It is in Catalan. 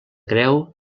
creu